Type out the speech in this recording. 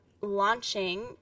launching